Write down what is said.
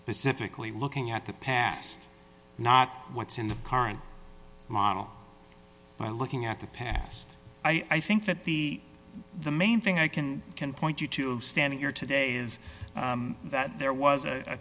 specifically looking at the past not what's in the current model by looking at the past i think that the the main thing i can can point you to standing here today is that there was a